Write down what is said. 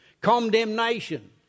condemnation